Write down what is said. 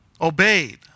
obeyed